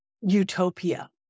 utopia